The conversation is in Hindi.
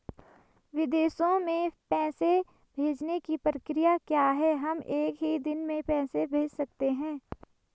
विदेशों में पैसे भेजने की प्रक्रिया क्या है हम एक ही दिन में पैसे भेज सकते हैं?